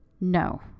no